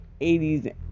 80s